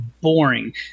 boring